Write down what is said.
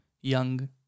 young